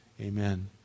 amen